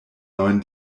neuen